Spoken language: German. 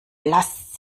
lasst